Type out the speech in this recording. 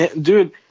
Dude